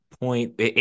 point –